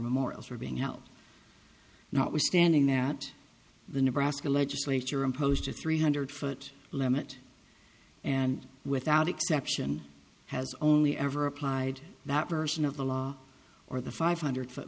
memorial for being held notwithstanding that the nebraska legislature imposed a three hundred foot limit and without exception has only ever applied that version of the law or the five hundred foot